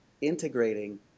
integrating